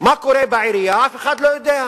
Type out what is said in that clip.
מה קורה בעירייה, אף אחד לא יודע.